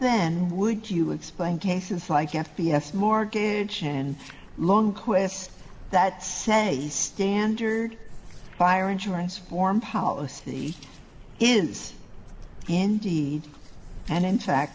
then would you explain cases like f t s mortgage and long quest that say standard fire insurance form policy is indeed and in fact